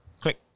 click